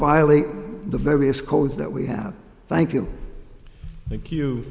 violate the various codes that we have thank you thank you